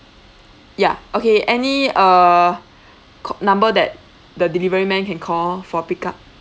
ya okay any uh c~ number that the delivery man can call for pick up